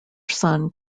son